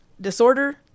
Disorder